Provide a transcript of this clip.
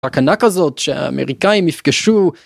הקנה כזאת שאמריקאים יפגשו.